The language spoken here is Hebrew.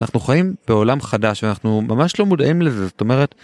אנחנו חיים בעולם חדש ואנחנו ממש לא מודעים לזה זאת אומרת.